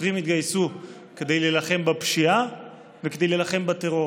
שוטרים התגייסו כדי להילחם בפשיעה וכדי להילחם בטרור.